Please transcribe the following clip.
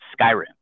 Skyrim